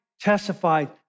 testified